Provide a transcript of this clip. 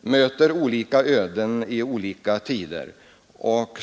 möter olika öden i olika tider.